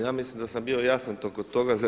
Ja mislim da sam bio jasan oko toga.